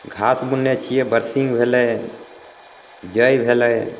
घास बुननै छियै बरसीम भेलै जै भेलै